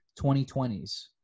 2020s